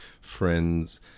friends